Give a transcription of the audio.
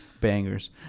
bangers